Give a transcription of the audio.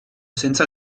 senza